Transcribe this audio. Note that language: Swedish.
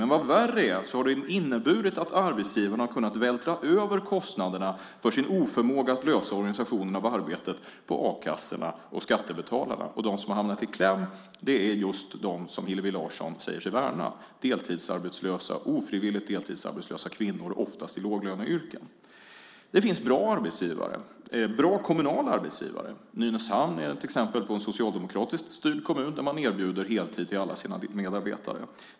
Och vad värre är: Detta har inneburit att arbetsgivarna har kunnat vältra över kostnaderna för sin oförmåga att lösa organisationen av arbetet på a-kassorna och skattebetalarna. De som hamnat i kläm är just de som Hillevi Larsson säger sig värna - de ofrivilligt deltidsarbetslösa kvinnorna, oftast i låglöneyrken. Det finns bra kommunala arbetsgivare. Nynäshamn är ett exempel på en socialdemokratiskt styrd kommun där man erbjuder alla sina medarbetare heltid.